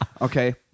Okay